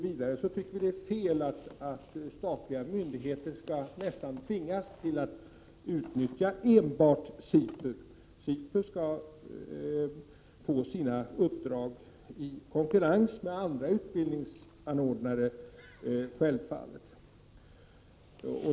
Vidare tycker vi att det är fel att statliga myndigheter nästan tvingas att utnyttja enbart SIPU. SIPU skall självfallet få sina uppdrag i konkurrens med andra utbildningsanordnare.